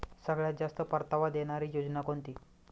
सगळ्यात जास्त परतावा देणारी योजना कोणती?